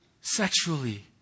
sexually